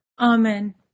Amen